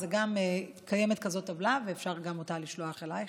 אז קיימת גם טבלה כזאת ואפשר גם אותה לשלוח אלייך,